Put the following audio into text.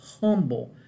humble